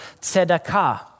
tzedakah